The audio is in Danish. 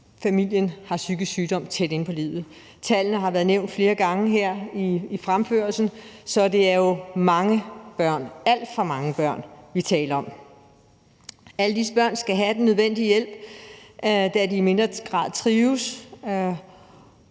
familier, der har psykisk sygdom tæt inde på livet. Tallene har været nævnt flere gange i forslaget, og det er jo mange børn – alt for mange børn – vi taler om. Alle disse børn skal have den nødvendige hjælp, da de i mindre grad trives